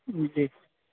जी